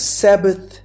sabbath